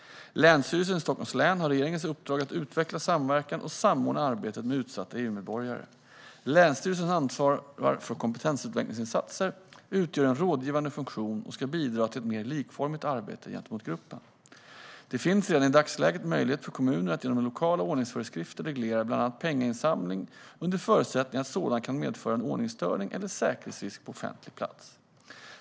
Länsstyrelsen i Stockholms län har regeringens uppdrag att utveckla samverkan och samordna arbetet med utsatta EU-medborgare. Länsstyrelsen ansvarar för kompetensutvecklingsinsatser, utgör en rådgivande funktion och ska bidra till ett mer likformigt arbete gentemot gruppen. Det finns redan i dagsläget möjlighet för kommuner att genom lokala ordningsföreskrifter reglera bland annat penninginsamling, under förutsättning att sådan kan medföra en ordningsstörning eller säkerhetsrisk på offentlig plats.